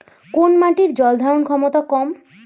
কোন মাটির জল ধারণ ক্ষমতা কম?